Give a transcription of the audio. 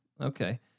okay